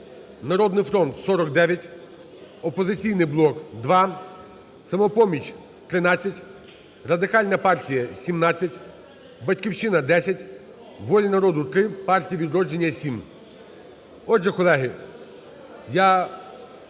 "Народний фронт" – 49, "Опозиційний блок" – 2, "Самопоміч" – 13, Радикальна партія – 17, "Батьківщина" – 10, "Воля народу" – 3, Партія "Відродження" – 7. Отже, колеги, я